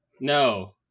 No